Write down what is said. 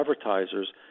advertisers